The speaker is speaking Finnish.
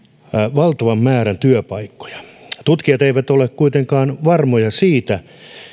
valtavan määrän työpaikkoja tutkijat eivät ole kuitenkaan varmoja siitä